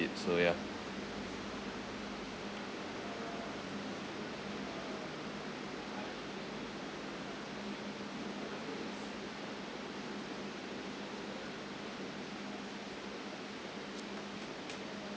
so ya